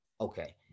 Okay